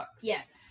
Yes